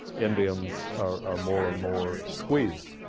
indians are more and more squeezed.